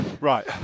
Right